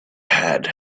had